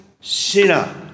sinner